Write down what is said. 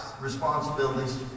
responsibilities